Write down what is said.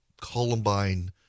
Columbine